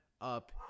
up